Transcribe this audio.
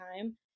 time